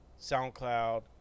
SoundCloud